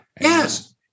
Yes